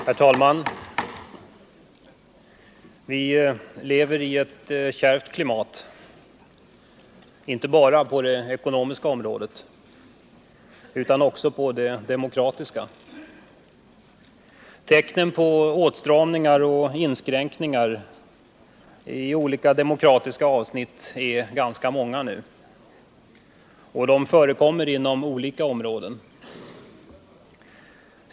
Herr talman! Vi lever i ett kärvt klimat, inte bara på det ekonomiska området, utan också på det demokratiska. Tecknen på åtstramningar och inskränkningar är nu ganska många, och de förekommer inom olika områden.